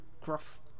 gruff